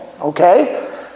Okay